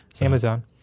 Amazon